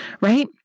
right